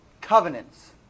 Covenants